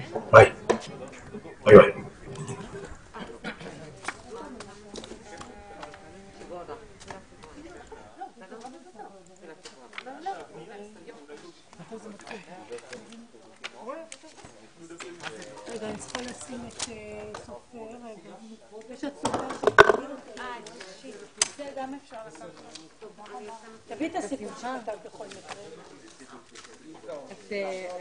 12:37.